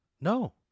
No